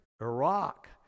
Iraq